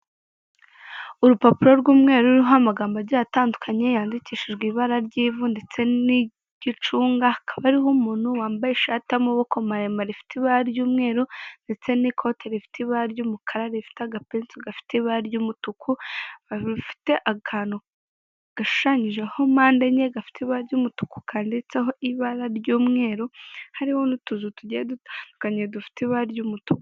Urupapuro rw'umweru ruriho amagambo agiye atandukanye yandikishijwe ibara ry'ivu ndetse n'iry'icunga, hakaba ariho umuntu wambaye ishati y'amaboko maremare rifite ibara ry'umweru, ndetse n'ikote rifite ibara ry'umukara rifite agapesu gafite ibara ry'umutuku, rufite akantu gashushanyije ho mpande enye gafite ibara ry'umutuku, kandi tseho ibara ry'umweru harimo n'utuzu tugiye dutandukanye dufite ibara ry'umutuku.